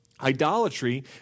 Idolatry